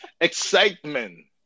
Excitement